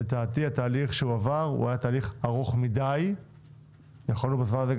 לדעתי התהליך שעבר היה תהליך ארוך מדי כאשר בזמן הזה יכולנו